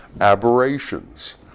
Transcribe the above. aberrations